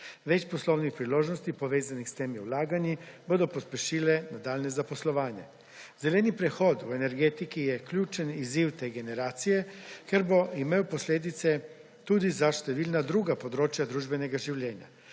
Več poslovnih priložnosti povezani s temi vlaganji bodo pospešile nadaljnje zaposlovanje. Zeleni prehod v energetiki je ključen izziv te generacije, ker bo imel posledice tudi za številna druga področja družbenega življenja.